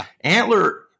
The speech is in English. Antler